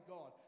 God